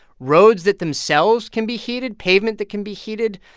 roads that themselves can be heated, pavement that can be heated,